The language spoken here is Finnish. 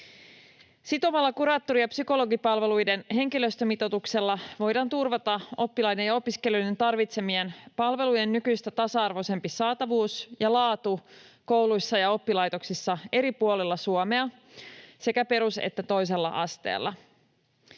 Sitovalla kuraattori‑ ja psykologipalveluiden henkilöstömitoituksella voidaan turvata oppilaiden ja opiskelijoiden tarvitsemien palvelujen nykyistä tasa-arvoisempi saatavuus ja laatu kouluissa ja oppilaitoksissa eri puolilla Suomea sekä perus‑ että toisella asteella.